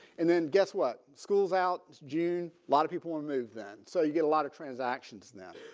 and then guess what. school's out june. lot of people and move then. so you get a lot of transactions now.